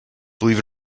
believe